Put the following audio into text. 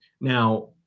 Now